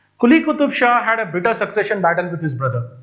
quli qutub shah had a bitter succession battle with his brother.